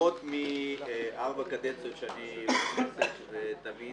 שפחות מארבע קדנציות שאני --- ותמיד